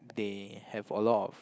they have a lot of